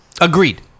Agreed